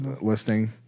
listening